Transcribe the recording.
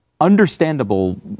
understandable